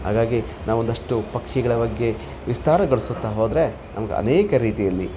ಹಾಗಾಗಿ ನಾವು ಒಂದಷ್ಟು ಪಕ್ಷಿಗಳ ಬಗ್ಗೆ ವಿಸ್ತಾರಗೊಳಿಸುತ್ತಾ ಹೋದರೆ ನಮ್ಗೆ ಅನೇಕ ರೀತಿಯಲ್ಲಿ